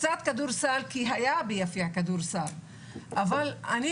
קצת כדורסל, כי היה ביפיע כדורסל.